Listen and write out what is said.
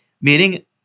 Meaning